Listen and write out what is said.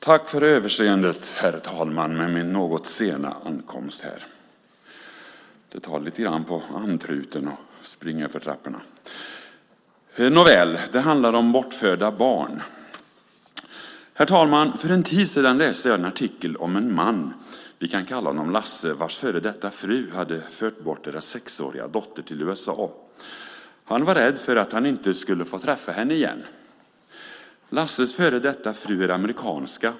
Herr talman! Det handlar om bortförda barn. För en tid sedan läste jag en artikel om en man - vi kan kalla honom Lasse - vars före detta fru hade fört bort deras sexåriga dotter till USA. Han var rädd att han inte skulle få träffa henne igen. Lasses före detta fru är amerikanska.